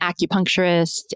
acupuncturist